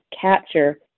capture